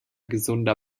gesunder